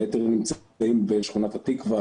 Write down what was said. היתר נמצאים בשכונת התקווה,